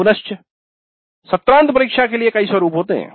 पुनश्च सत्रांत परीक्षा के लिए कई स्वरूप होते हैं